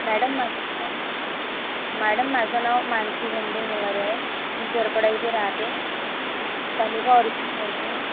madam माझं नाव माझं नाव मानसी होमदेव नेवारे आहे मी झरपडा इथे राहते तालुका अर्जुनी मोरगॉन